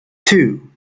two